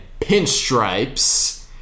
pinstripes